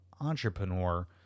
entrepreneur